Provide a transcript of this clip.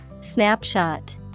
Snapshot